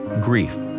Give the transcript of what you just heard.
grief